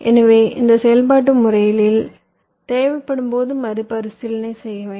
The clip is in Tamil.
எனவே இந்த செயல்பாட்டு செயல்முறையில் தேவைப்படும்போது மறுபரிசீலனை செய்ய வேண்டும்